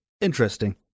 Interesting